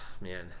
Man